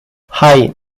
hei